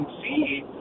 see